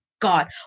God